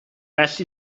well